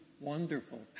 wonderful